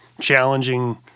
challenging